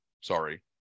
Sorry